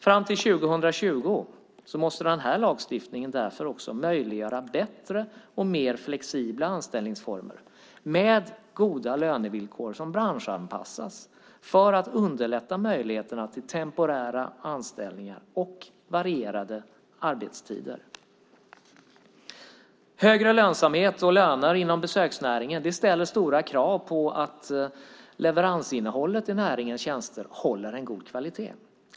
Fram till 2020 måste den här lagstiftningen därför också möjliggöra bättre och mer flexibla anställningsformer med goda lönevillkor som branschanpassas för att underlätta möjligheterna till temporära anställningar och varierade arbetstider. Högre lönsamhet och högre löner inom besöksnäringen ställer stora krav på att leveransinnehållet i näringens tjänster håller en god kvalitet.